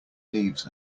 leaves